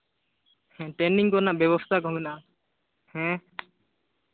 training ᱠᱚᱨᱮᱱᱟᱜ ᱵᱮᱵᱚᱥᱛᱷᱟ ᱠᱚ ᱢᱮᱱᱟᱜᱼᱟ ᱦᱮᱸ